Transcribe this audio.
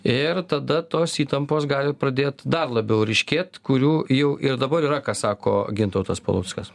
ir tada tos įtampos gali pradėt dar labiau ryškėt kurių jau ir dabar yra ką sako gintautas paluckas